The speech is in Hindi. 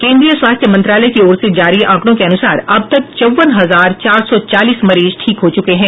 केन्द्रीय स्वास्थ्य मंत्रालय की ओर से जारी आंकडों के अनुसार अब तक चौवन हजार चार सौ चालीस मरीज ठीक हो चुके हैं